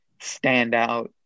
standout